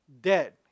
dead